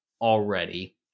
already